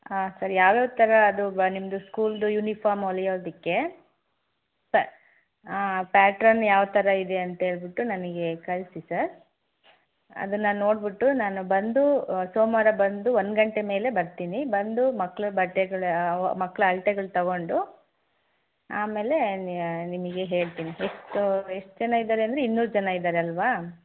ಆಂ ಸರಿ ಯಾವ್ಯಾವ ಥರ ಅದು ಬ ನಿಮ್ಮದು ಸ್ಕೂಲ್ದು ಯೂನಿಫಾರ್ಮ್ ಹೊಲಿಯೋದಕ್ಕೆ ಪಾ ಆಂ ಪ್ಯಾಟ್ರನ್ ಯಾವ ಥರ ಇದೆ ಅಂತೇಳಿಬಿಟ್ಟು ನನಗೆ ಕಳಿಸಿ ಸರ್ ಅದನ್ನ ನೋಡ್ಬಿಟ್ಟು ನಾನು ಬಂದು ಸೋಮವಾರ ಬಂದು ಒಂದು ಗಂಟೆ ಮೇಲೆ ಬರ್ತೀನಿ ಬಂದು ಮಕ್ಳು ಬಟ್ಟೆಗಳು ಮಕ್ಳ ಅಳ್ತೆಗಳು ತೊಗೊಂಡು ಆಮೇಲೆ ನಿಮಗೆ ಹೇಳ್ತೀನಿ ಎಷ್ಟು ಎಷ್ಟು ಜನ ಇದ್ದಾರೆ ಅಂದಿರಿ ಇನ್ನೂರು ಜನ ಇದ್ದಾರಲ್ವಾ